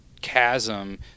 chasm